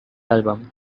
album